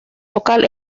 local